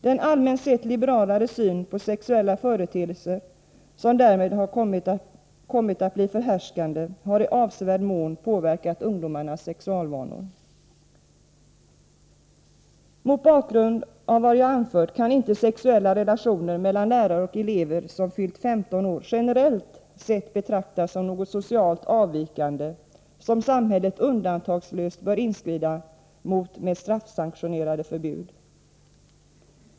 Den allmänt sett liberalare syn på sexuella företeelser som därmed har kommit att bli förhärskande har i avsevärd mån påverkat ungdomarnas sexualvanor. Mot bakgrund av vad jag anfört kan inte sexuella relationer mellan lärare och elev som fyllt 15 år generellt sett betraktas som något socialt avvikande, som samhället undantagslöst bör inskrida mot med straffsanktionerade förbud.